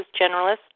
generalist